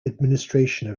administration